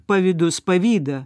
pavydus pavydą